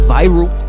Viral